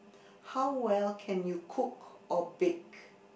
how well can you cook or bake